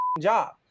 job